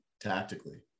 tactically